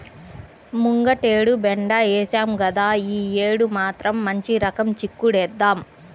ముంగటేడు బెండ ఏశాం గదా, యీ యేడు మాత్రం మంచి రకం చిక్కుడేద్దాం